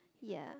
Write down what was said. ya